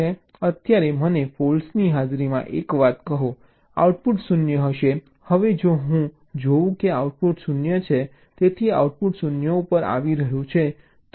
અત્યારે મને ફૉલ્ટ્ની હાજરીમાં એક વાત કહો આઉટપુટ 0 હશે હવે જો હું જોઉં કે આઉટપુટ 0 છે તેથી આઉટપુટ 0 ઉપર આવી રહ્યું છે